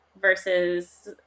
versus